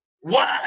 one